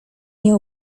nie